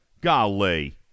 Golly